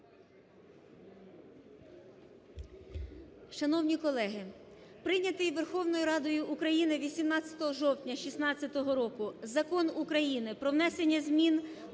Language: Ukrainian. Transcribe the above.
Шановні колеги, прийнятий Верховною Радою України 18 жовтня 16 року Закон України "Про внесення змін